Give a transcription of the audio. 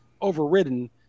overridden